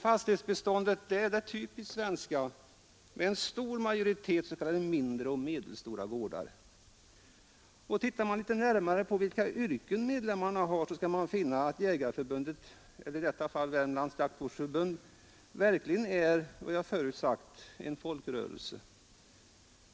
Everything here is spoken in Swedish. Fastighetsbeståndet har den typiskt svenska sammansättningen, med en stor majoritet av s.k. mindre och medelstora gårdar. Tittar man litet närmare på vilka yrken medlemmarna har, skall man finna att Jägareförbundet, eller i detta fall Värmlands jaktvårdsförbund, verkligen som jag sagt förut är en folkrörelse.